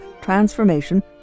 transformation